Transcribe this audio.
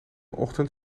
ochtend